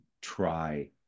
try